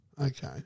Okay